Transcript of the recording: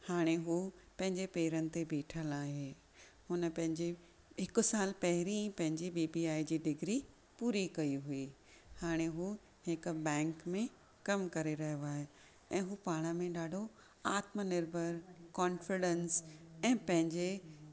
हाणे हू पंहिंजे पेरनि ते बीठलि आहे हुन पंहिंजे हिकु साल पहिरीं ई पंहिंजी B B I G degree पूरी कई हुई हाणे हू हिकु बैंक में कमु करे रहियो आहे ऐं हू पाण में ॾाढो आत्म निर्भर कॉन्फिडंस ऐं पंहिंजे